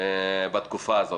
בתקופה הזאת.